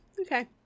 okay